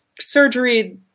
surgery